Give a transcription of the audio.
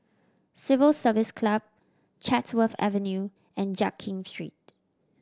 Civil Service Club Chatsworth Avenue and Jiak Kim Street